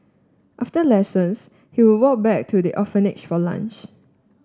after lessons he would walk back to the orphanage for lunch